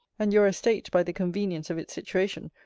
and your estate, by the convenience of its situation,